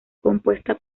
compuesta